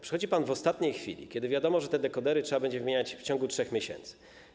Przychodzi pan w ostatniej chwili, kiedy wiadomo, że te dekodery trzeba będzie wymieniać w ciągu 3 miesięcy.